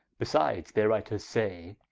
besides, their writers say,